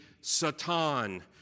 Satan